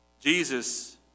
Jesus